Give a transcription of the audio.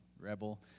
rebel